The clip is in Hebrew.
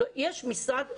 יש משרד חינוך,